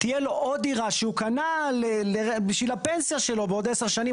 תהיה לו עוד דירה שהוא קנה בשביל הפנסיה שלו בעוד עשר שנים,